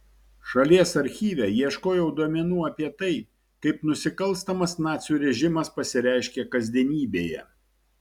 šalies archyve ieškojau duomenų apie tai kaip nusikalstamas nacių režimas pasireiškė kasdienybėje